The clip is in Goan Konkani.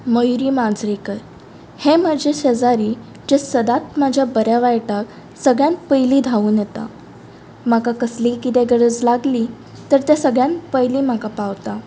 मयुरी मांजरेकर हें म्हजें शेजारी जें सदांच म्हाज्या बऱ्या वायटाक सगळ्यान पयली धांवून येता म्हाका कसलीय कितें गरज लागली तर तें सगळ्यान पयली म्हाका पावता